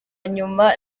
nyuma